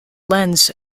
lens